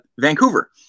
Vancouver